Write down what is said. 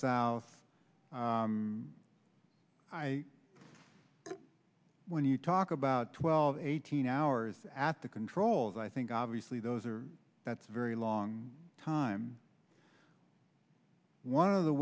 south i when you talk about twelve eighteen hours at the controls i think obviously those are that's a very long time one of the